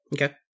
Okay